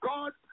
God